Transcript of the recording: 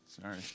Sorry